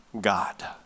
God